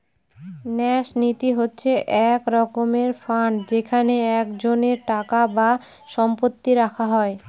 ন্যাস নীতি হচ্ছে এক রকমের ফান্ড যেখানে একজনের টাকা বা সম্পত্তি রাখা হয়